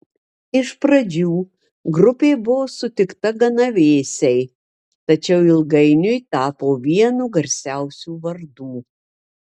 iš pradžių grupė buvo sutikta gana vėsiai tačiau ilgainiui tapo vienu garsiausių vardų